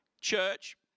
Church